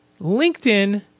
LinkedIn